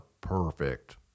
perfect